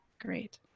Great